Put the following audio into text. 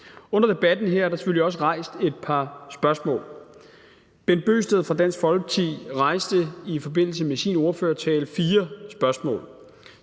Under debatten her er der selvfølgelig også rejst et par spørgsmål. Hr. Bent Bøgsted fra Dansk Folkeparti rejste i forbindelse med sin ordførertale fire spørgsmål.